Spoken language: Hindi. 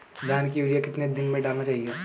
धान में यूरिया कितने दिन में डालना चाहिए?